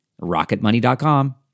Rocketmoney.com